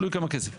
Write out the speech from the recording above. תלוי כמה כסף.